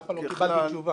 אף פעם לא קיבלתי תשובה.